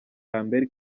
lambert